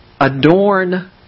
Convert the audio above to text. adorn